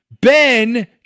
Ben